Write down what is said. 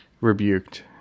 rebuked